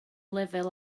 lefel